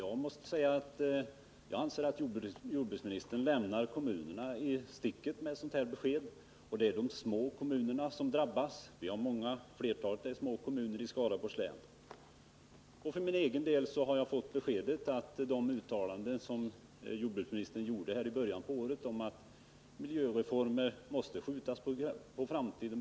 Jag anser att jordbruksministern lämnar kommunerna i sticket med det här beskedet. Och det är de små kommunerna som drabbas. Flertalet kommuner i Skaraborgs län är små. I början av året gjorde jordbruksministern en del uttalanden om att miljöreformer av ekonomiska skäl måste skjutas på framtiden.